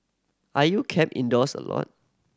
are you kept indoors a lot